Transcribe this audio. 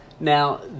Now